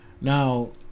Now